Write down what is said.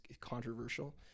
controversial